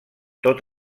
tot